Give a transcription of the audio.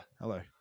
Hello